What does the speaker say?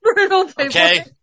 Okay